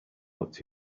what